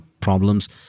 problems